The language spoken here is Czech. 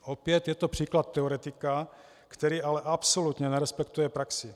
Opět je to příklad teoretika, který ale absolutně nerespektuje praxi.